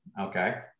Okay